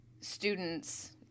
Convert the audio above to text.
students